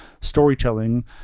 storytelling